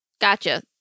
Gotcha